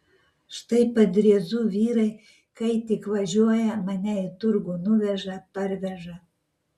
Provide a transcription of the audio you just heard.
štai padriezų vyrai kai tik važiuoja mane į turgų nuveža parveža